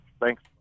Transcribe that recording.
Thanks